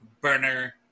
Burner